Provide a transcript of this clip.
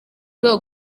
rwego